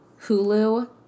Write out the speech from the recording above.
Hulu